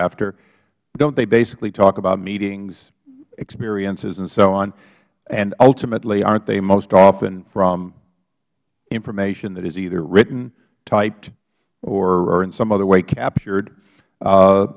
after don't they basically talk about meetings experiences and so on and ultimately aren't they most often from information that is either written typed or in some other way captured